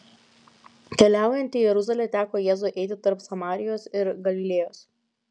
keliaujant į jeruzalę teko jėzui eiti tarp samarijos ir galilėjos